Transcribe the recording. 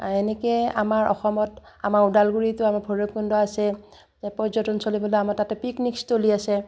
এনেকৈ আমাৰ অসমত আমাৰ ওদালগুৰিতো আমাৰ ভৈৰৱকুণ্ড আছে পৰ্যটনস্থলী বুলিবলৈ আমাৰ তাতে পিকনিকস্থলী আছে